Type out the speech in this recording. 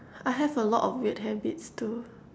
I have a lot of weird habits too